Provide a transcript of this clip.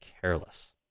careless